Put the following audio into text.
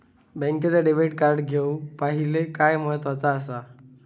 बँकेचा debit card घेउक पाहिले काय महत्वाचा असा?